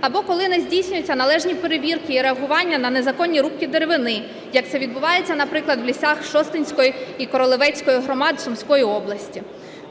Або коли не здійснюються належні перевірки і реагування на незаконні рубки деревини, як це відбувається, наприклад, в лісах Шосткинської і Кролевецької громад Сумської області,